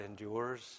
endures